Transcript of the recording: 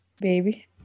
baby